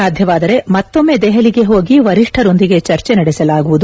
ಸಾಧ್ಯವಾದರೆ ಮತ್ತೊಮ್ಮೆ ದೆಹಲಿಗೆ ಹೋಗಿ ವರಿಷ್ಠರೊಂದಿಗೆ ಚರ್ಚೆ ನಡೆಸಲಾಗುವುದು